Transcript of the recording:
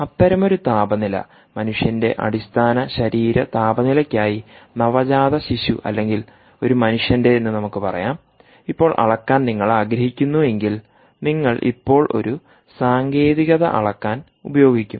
അത്തരമൊരു താപനില മനുഷ്യന്റെ അടിസ്ഥാന ശരീര താപനിലയ്ക്കായി നവജാതശിശു അല്ലെങ്കിൽ ഒരു മനുഷ്യന്റെ എന്ന് നമുക്ക് പറയാംഇപ്പോൾ അളക്കാൻ നിങ്ങൾ ആഗ്രഹിക്കുന്നുവെങ്കിൽനിങ്ങൾ ഇപ്പോൾ ഒരു സാങ്കേതികത അളക്കാൻ ഉപയോഗിക്കും